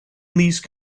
lease